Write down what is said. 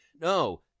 No